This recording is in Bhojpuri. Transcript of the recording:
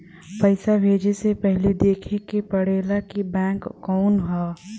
पइसा भेजे से पहिले देखे के पड़ेला कि बैंक कउन ह